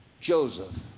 Joseph